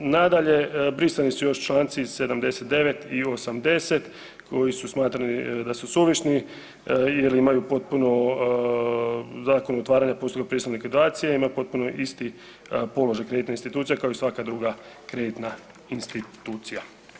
Nadalje, brisani su još čl. 79 i 80 koji su smatrani da su suvišni jer imaju potpuno Zakon o otvaranju postupka prisilne likvidacije imaju potpuno isti položaj kreditne institucije kao i svaka druga kreditna institucija.